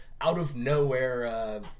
out-of-nowhere –